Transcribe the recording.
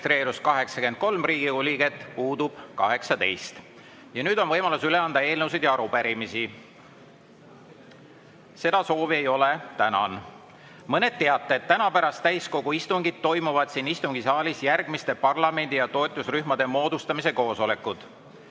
18. Nüüd on võimalus üle anda eelnõusid ja arupärimisi. Seda soovi ei ole. Tänan! Mõned teated. Täna pärast täiskogu istungit toimuvad siin istungisaalis järgmiste parlamendi- ja toetusrühmade moodustamise koosolekud: